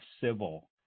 civil